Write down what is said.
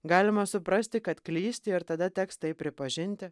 galima suprasti kad klysti ir tada teks tai pripažinti